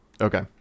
Okay